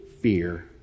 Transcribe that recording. fear